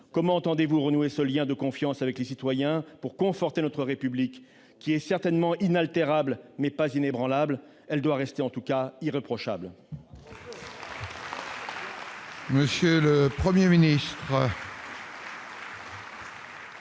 comment entendez-vous renouer le lien de confiance avec les citoyens, afin de conforter notre République, qui est certainement « inaltérable », mais pas inébranlable ? Elle doit rester, en tout cas, irréprochable.